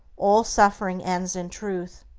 all suffering ends in truth.